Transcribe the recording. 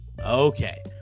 okay